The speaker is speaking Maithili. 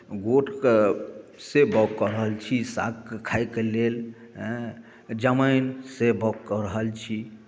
गोटके से बौग कऽ रहल छी सागके खायके लेल हँ जमाइन से बौग कऽ रहल छी